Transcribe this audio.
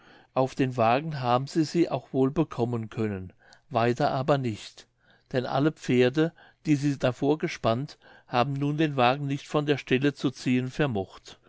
auf den wagen haben sie sie auch wohl bekommen können weiter aber nicht denn alle pferde die sie davor gespannt haben nun den wagen nicht von der stelle zu ziehen vermocht